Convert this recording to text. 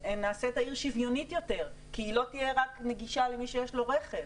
נעשה את העיר שוויונית יותר כי היא לא תהיה נגישה רק למי שיש לו רכב.